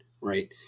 right